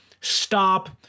stop